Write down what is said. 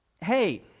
Hey